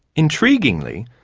intriguingly,